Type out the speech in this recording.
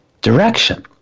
direction